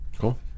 cool